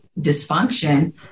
dysfunction